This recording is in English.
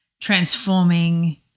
Transforming